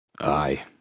Aye